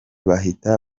bahita